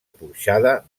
porxada